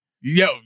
Yo